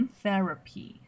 therapy